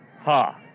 ha